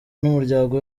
n’umuryango